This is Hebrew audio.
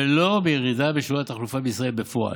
ולא מירידה בשיעורי התחלופה בישראל בפועל.